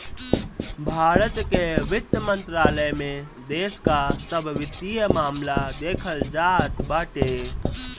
भारत के वित्त मंत्रालय में देश कअ सब वित्तीय मामला देखल जात बाटे